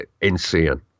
insane